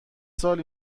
سال